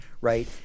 right